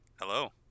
Hello